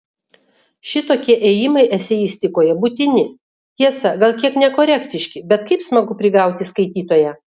šitokie ėjimai eseistikoje būtini tiesa gal kiek nekorektiški bet kaip smagu prigauti skaitytoją